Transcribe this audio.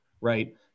right